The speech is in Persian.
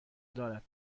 دارد